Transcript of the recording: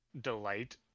delight